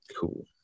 Cool